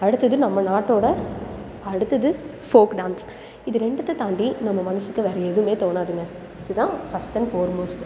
அடுத்தது நம்ம நாட்டோடய அடுத்தது ஃபோக் டான்ஸ் இது ரெண்டுத்த தாண்டி நம்ம மனசுக்கு வேற எதுவுமே தோணாதுங்க இது தான் ஃபர்ஸ்ட் அண்ட் ஃபோர்மோஸ்ட்